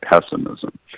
pessimism